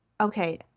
okay